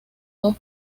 dos